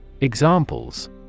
Examples